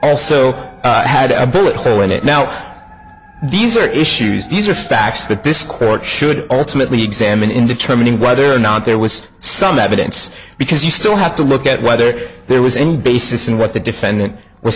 also had a bullet hole in it now these are issues these are facts that this court should ultimately examine in determining whether or not there was some evidence because you still have to look at whether there was any basis in what the defendant was